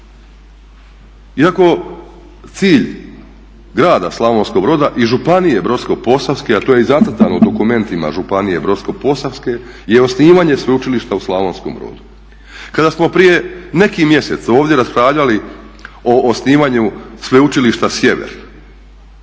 iako cilj grada Slavonskog Broda i Županije brodsko-posavske, a to je i zacrtano u dokumentima Županije brodsko-posavske je osnivanje sveučilišta u Slavonskom Brodu. Kada smo prije neki mjesec ovdje raspravljali o osnivanju sveučilišta Sjever,